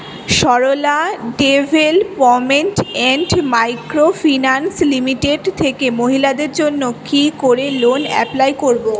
Sarala development and micro finance limited থেকে মহিলাদের জন্য কি করে লোন এপ্লাই করব?